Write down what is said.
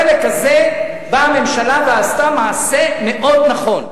בחלק הזה באה הממשלה ועשתה מעשה מאוד נכון,